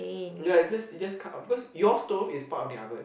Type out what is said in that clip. ya it just it just cut up because you stove is part of the oven